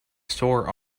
sore